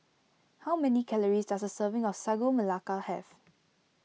how many calories does a serving of Sagu Melaka have